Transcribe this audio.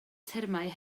termau